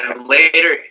later